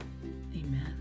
amen